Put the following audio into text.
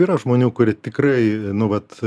yra žmonių kurie tikrai nu vat